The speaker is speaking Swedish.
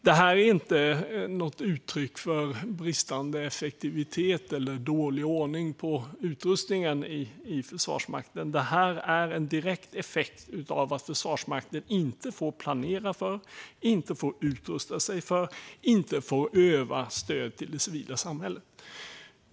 Det här är inte uttryck för bristande effektivitet eller dålig ordning på utrustningen i Försvarsmakten, utan det här är en direkt effekt av att Försvarsmakten inte får planera för, inte får utrusta sig för och inte får öva på stöd till det civila samhället.